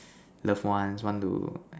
loved ones want to